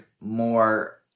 more